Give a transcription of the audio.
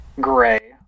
gray